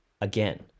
again